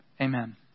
amen